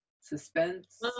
suspense